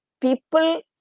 people